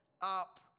up